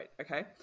Okay